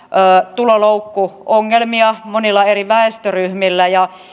tuloloukkuongelmia monilla eri väestöryhmillä